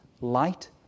light